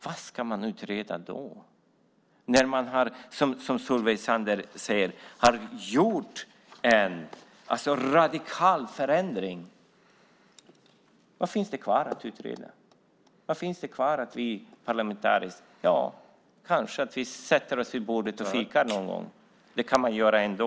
Vad ska man utreda då, när man, som Solveig Zander säger, har gjort en radikal förändring? Vad finns det kvar att utreda parlamentariskt? Kanske vi sätter oss vid bordet och fikar någon gång. Det kan man göra ändå.